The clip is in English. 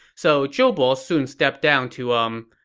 so zhou bo soon stepped down to, umm,